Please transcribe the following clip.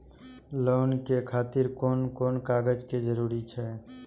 Loan के खातिर कोन कोन कागज के जरूरी छै?